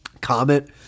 comment